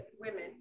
women